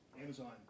Amazon